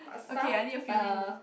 what supper